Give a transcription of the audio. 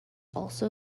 also